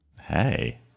Hey